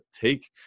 take